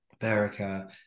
America